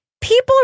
People